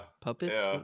Puppets